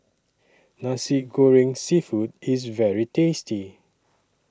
Nasi Goreng Seafood IS very tasty